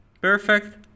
perfect